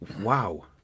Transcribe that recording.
Wow